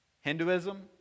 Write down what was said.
Hinduism